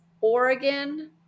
Oregon